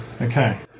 Okay